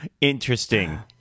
Interesting